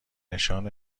نشان